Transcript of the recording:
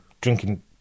Drinking